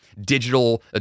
digital